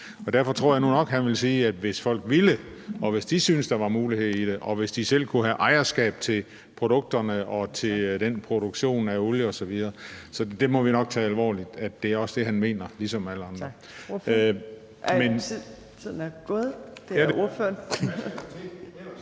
Derfor tror jeg nu nok, at han vil sige, at det skulle være, hvis folk ville, og hvis de syntes, der var mulighed i det, og hvis de selv kunne have ejerskab til produkterne og til den produktion af olie osv. Så måtte vi nok tage alvorligt, at det også er det, han mener, ligesom alle andre.